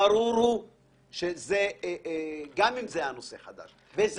אני לא יודע אם יש דבר כזה של עישון עלי וניל.